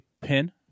pin